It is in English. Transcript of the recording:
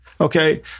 Okay